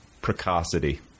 precocity